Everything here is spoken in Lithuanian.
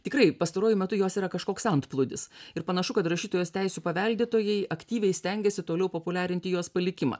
tikrai pastaruoju metu jos yra kažkoks antplūdis ir panašu kad rašytojos teisių paveldėtojai aktyviai stengiasi toliau populiarinti jos palikimą